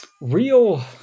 Real